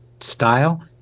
style